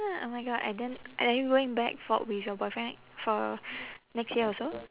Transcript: oh my god and then and are you going back for with your boyfriend for next year also